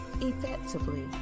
effectively